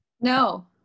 no